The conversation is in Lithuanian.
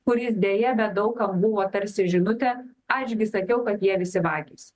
kuris deja bet daug kam buvo tarsi žinutė aš gi sakiau kad jie visi vagys